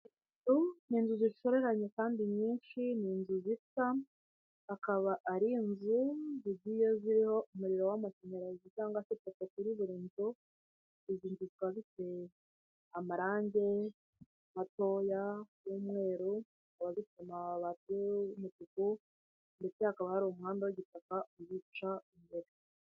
Inzu ni inzu zishoreranye kandi nyinshi, ni inzu zisa, akaba ari inzu zigiye ziriho umuriro w'amashanyarazi cyangwa ipoto kuri buri nzu, izi nzu zifite amarange matoya y'umweru, zikaba zifite amabati y'umutuku ndetse hakaba hari umuhanda w'igitaka ugiye uca imbere.